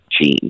gene